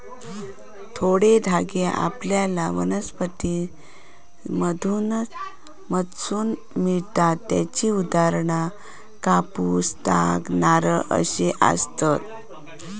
थोडे धागे आपल्याला वनस्पतींमधसून मिळतत त्येची उदाहरणा कापूस, ताग, नारळ अशी आसत